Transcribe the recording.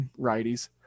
righties